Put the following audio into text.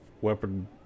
weapon